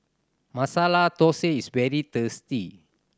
Masala Dosa is very tasty